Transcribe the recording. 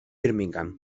birmingham